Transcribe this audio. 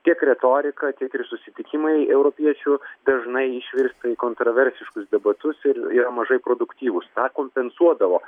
tiek retorika tiek ir susitikimai europiečių dažnai išvirsta į kontraversiškus debatus ir yra mažai produktyvūs tą kompensuodavo